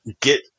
get